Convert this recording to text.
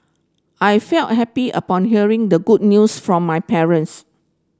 I felt happy upon hearing the good news from my parents